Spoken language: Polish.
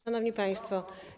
Szanowni Państwo!